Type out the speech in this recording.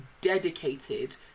dedicated